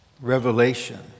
revelation